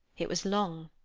it was long,